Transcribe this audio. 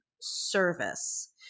service